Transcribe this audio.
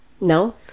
No